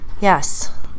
Yes